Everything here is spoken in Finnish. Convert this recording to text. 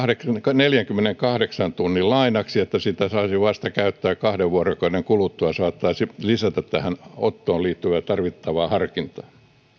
neljänkymmenenkahdeksan tunnin lainaksi niin että sitä saisi käyttää vasta kahden vuorokauden kuluttua saattaisi lisätä tähän ottoon liittyvää tarvittavaa harkintaa